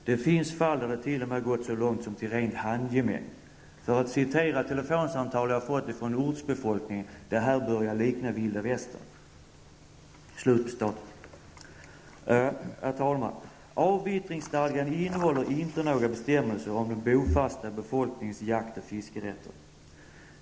Det finns fall då det t.o.m. gått så långt som till rent handgemäng; för att citera ett telefonsamtal som jag har fått från ortsbefolkningen: ''Det här börjar likna Vilda Herr talman! Avvittringsstadgan innehåller inte några bestämmelser om den bofasta befolkningens jakträtt och fiskerätt.